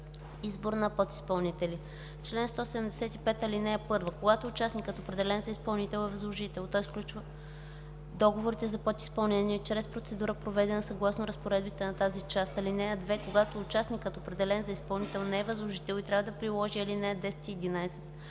„Избор на подизпълнители Чл. 175. (1) Когато участникът, определен за изпълнител, е възложител, той сключва договорите за подизпълнение чрез процедура, проведена съгласно разпоредбите на тази част. (2) Когато участникът, определен за изпълнител, не е възложител и трябва да приложи алинеи 10 и 11,